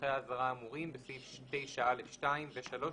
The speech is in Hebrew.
נוסחי האזהרה האמורים בסעיף 9(א)(2) ו-(3),